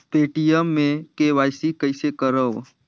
Paytm मे KYC कइसे करव?